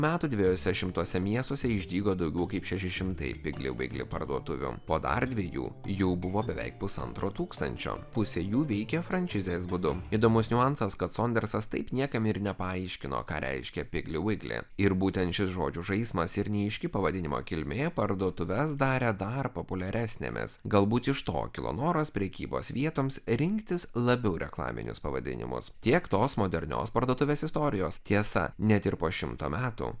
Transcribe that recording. metų dviejuose šimtuose miestuose išdygo daugiau kaip šeši šimtai piglivigli parduotuvių po dar dviejų jų buvo beveik pusantro tūkstančio pusė jų veikė franšizės būdu įdomus niuansas kad sondersas taip niekam ir nepaaiškino ką reiškia piglivigli ir būtent šis žodžių žaismas ir neaiški pavadinimo kilmė parduotuves darė dar populiaresnėmis galbūt iš to kilo noras prekybos vietoms rinktis labiau reklaminius pavadinimus tiek tos modernios parduotuvės istorijos tiesa net ir po šimto metų